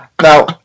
now